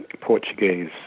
Portuguese